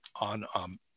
on